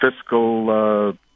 fiscal